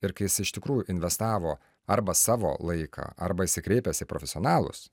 ir kai jis iš tikrųjų investavo arba savo laiką arba jisai kreipiasi į profesionalus